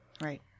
right